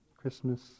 Christmas